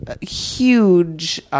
huge